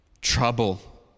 trouble